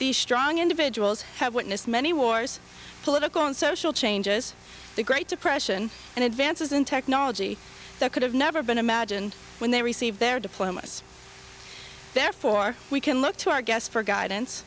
these strong individuals who have witnessed many wars political and social changes the great depression and advances in technology that could have never been imagined when they received their diplomas therefore we can look to our guests for guidance